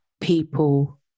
people